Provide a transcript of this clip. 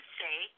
say